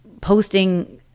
posting